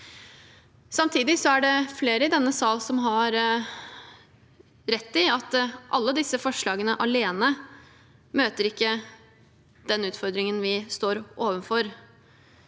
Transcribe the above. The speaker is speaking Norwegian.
Samtidig er det flere i denne sal som har rett i at alle disse forslagene alene ikke møter den utfordringen vi står overfor.